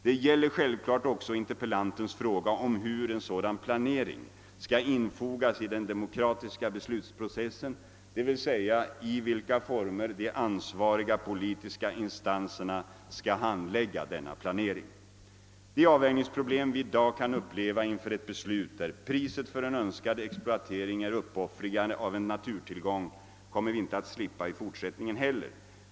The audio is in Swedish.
Det gäller självklart också interpellantens fråga om hur en sådan planering skall infogas i den demokratiska beslutprocessen, d.v.s. i vilka former de ansvariga politiska instanserna skall handlägga denna planering. De avvägningsproblem vi i dag kan uppleva inför ett beslut, där priset för en önskad exploatering är uppoffringar av en naturtillgång, kommer vi inte att slippa i fortsättningen heller.